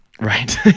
Right